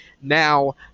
Now